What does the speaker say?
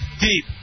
deep